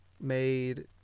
made